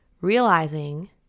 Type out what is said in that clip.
Realizing